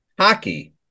hockey